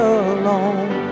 alone